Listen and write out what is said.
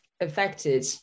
affected